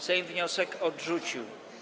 Sejm wniosek odrzucił.